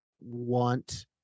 want